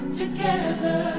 together